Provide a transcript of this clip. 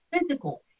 physical